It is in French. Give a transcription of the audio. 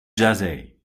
jersey